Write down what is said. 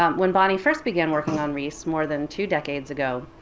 um when bonnie first began working on riis more than two decades ago,